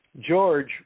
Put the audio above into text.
George